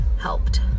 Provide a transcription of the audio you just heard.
helped